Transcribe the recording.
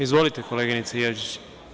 Izvolite, koleginice Jevđić.